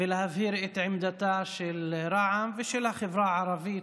ולהבהיר את עמדתה של רע"מ ושל החברה הערבית,